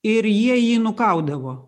ir jie jį nukaudavo